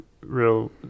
real